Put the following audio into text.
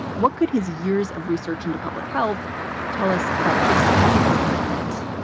what could his years of research into public health tell us about this particular moment?